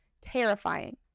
terrifying